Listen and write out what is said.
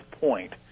point